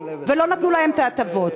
ולא נתנו להם את ההטבות.